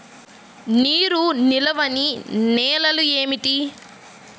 నీరు నిలువని నేలలు ఏమిటి?